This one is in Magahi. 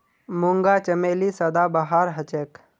मूंगा चमेली सदाबहार हछेक